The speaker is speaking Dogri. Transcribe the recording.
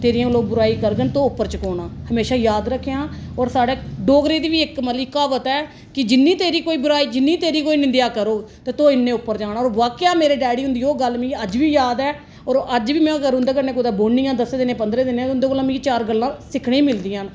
तेरी लोक बुराई करगङ तू उपर चुकोना हमेशा याद रक्खेआं औऱ साढ़े डोगरें दी बी इक मतलब कि क्हावत ऐ कि जिन्नी तेरी कोई बुराई जिन्नी तेरी कोई निंदेआ करग तू इ्न्ने उप्पर जाना और बाक्या मेरे डैडी होंदी ओह् गल्ल मिगी अज्ज वी याद ऐ औऱ अज्ज वी में अगर उंदे कन्नै कुदै बौहनी हां दस्सें दिनें पंदरें दिनें उंदे कोला मिगी चार गल्लां सिक्खने गी मिलदी ना